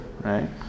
right